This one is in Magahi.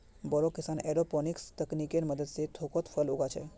बोरो किसान एयरोपोनिक्स तकनीकेर मदद स थोकोत फल उगा छोक